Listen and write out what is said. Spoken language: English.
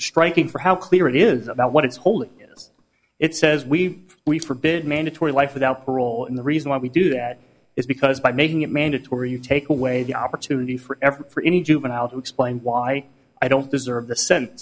striking for how clear it is about what it's hold is it says we we forbid mandatory life without parole the reason why we do that is because by making it mandatory you take away the opportunity for ever for any juvenile who explained why i don't deserve the sent